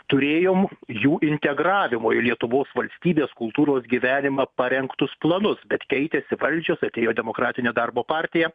turėjom jų integravimo ir lietuvos valstybės kultūros gyvenimą parengtus planus bet keitėsi valdžios atėjo demokratinė darbo partija